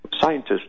scientists